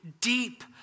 deep